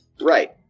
Right